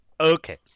okay